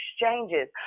exchanges